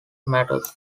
matters